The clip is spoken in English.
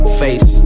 face